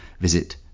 Visit